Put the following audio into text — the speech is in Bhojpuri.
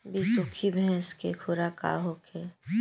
बिसुखी भैंस के खुराक का होखे?